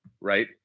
right